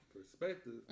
perspective